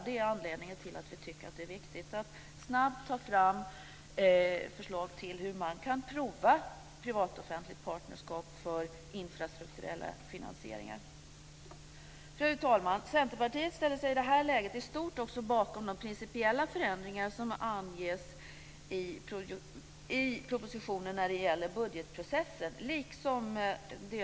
Det är anledningen till att vi tycker att det är viktigt att snabbt ta fram förslag till hur man kan prova privat-offentligt partnerskap för infrastrukturella finansieringar. Fru talman! Centerpartiet ställer sig, liksom de övriga partierna, i det här läget i stort också bakom de principiella förändringar som anges i propositionen när det gäller budgetprocessen.